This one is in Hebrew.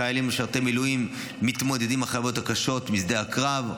חיילים משרתי מילואים מתמודדים עם חוויות קשות משדה הקרב,